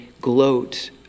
gloat